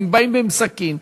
אם באים עם סכין,